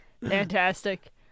Fantastic